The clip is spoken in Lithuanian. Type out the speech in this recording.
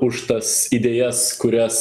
už tas idėjas kurias